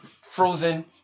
Frozen